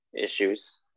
issues